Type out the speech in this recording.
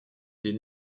des